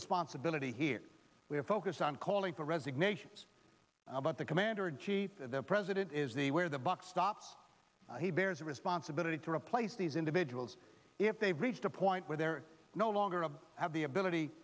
responsibility here we are focused on calling for resignations but the commander in chief the president is the where the buck stops he bears a responsibility to replace these individuals if they've reached a point where they're no longer have the ability